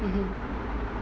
mmhmm